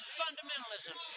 fundamentalism